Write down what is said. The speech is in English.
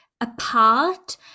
apart